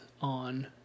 on